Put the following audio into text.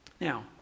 Now